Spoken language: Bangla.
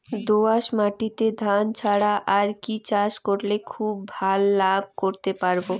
দোয়াস মাটিতে ধান ছাড়া আর কি চাষ করলে খুব ভাল লাভ করতে পারব?